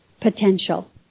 potential